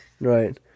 Right